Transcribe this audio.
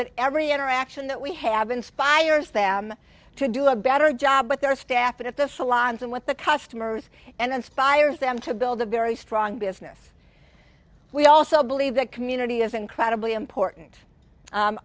that every interaction that we have inspired them to do a better job with their staff and if the salons and with the customers and inspires them to build a very strong business we also believe that community is incredibly important